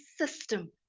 system